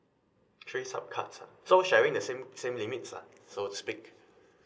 three sub cards ah so sharing the same same limits lah so to speak